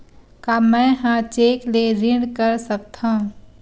का मैं ह चेक ले ऋण कर सकथव?